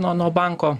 nuo nuo banko